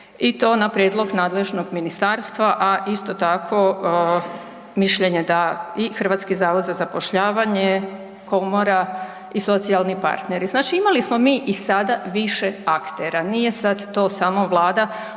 i to na prijedlog nadležnog ministarstva a isto tako mišljenje da i HZZZ, komora i socijalni partneri. Znači imali smo mi i sada više aktera, nije sad to samo Vlada